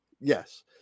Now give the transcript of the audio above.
Yes